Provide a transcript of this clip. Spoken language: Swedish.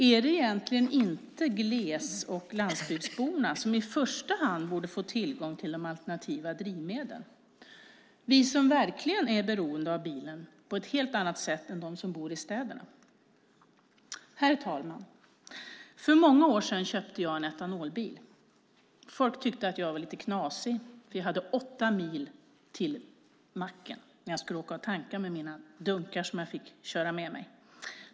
Är det egentligen inte gles och landsbygdsborna som i första hand borde få tillgång till de alternativa drivmedlen, vi som verkligen är beroende av bilen på ett helt annat sätt än de som bor i städerna. Herr talman! För många år sedan köpte jag en etanolbil. Folk tyckte att jag var lite knasig, för jag hade åtta mil till macken när jag skulle åka och tanka med mina dunkar som jag fick ta med mig.